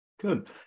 Good